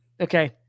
okay